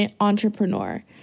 entrepreneur